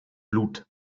blut